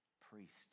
priests